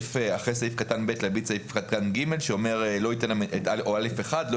אחרי סעיף קטן (ב) להביא את סעיף א1 "לא ייתן